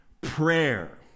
prayer